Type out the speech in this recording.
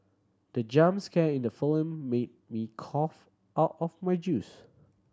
the jump scare in the film made me cough out of my juice